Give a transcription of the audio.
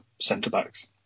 centre-backs